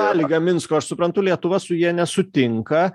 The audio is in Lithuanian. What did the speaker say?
sąlygą minsko aš suprantu lietuva su ja nesutinka